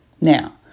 Now